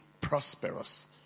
prosperous